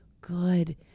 good